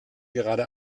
gerade